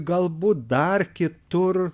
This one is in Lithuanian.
galbūt dar kitur